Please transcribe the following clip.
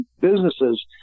businesses